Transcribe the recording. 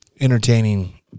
Entertaining